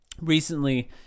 recently